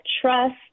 trust